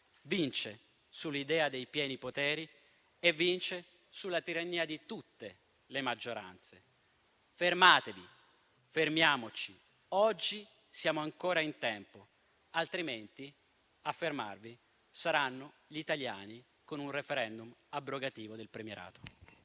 vince sull'idea dei pieni poteri e vince sulla tirannia di tutte le maggioranze. Fermatevi, fermiamoci, oggi siamo ancora in tempo, altrimenti a fermarvi saranno gli italiani con un *referendum* abrogativo del premierato.